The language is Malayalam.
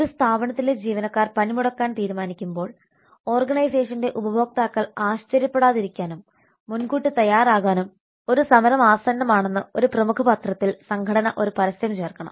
ഒരു സ്ഥാപനത്തിലെ ജീവനക്കാർ പണിമുടക്കാൻ തീരുമാനിക്കുമ്പോൾ ഓർഗനൈസേഷന്റെ ഉപഭോക്താക്കൾ ആശ്ചര്യപ്പെടാതിരിക്കാനും മുൻകൂട്ടി തയ്യാറാകാനും ഒരു സമരം ആസന്നമാണെന്ന് ഒരു പ്രമുഖ പത്രത്തിൽ സംഘടന ഒരു പരസ്യം ചേർക്കണം